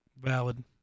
Valid